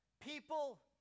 people